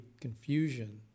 confusion